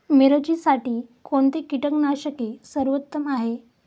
मिरचीसाठी कोणते कीटकनाशके सर्वोत्तम आहे?